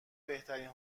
بهترین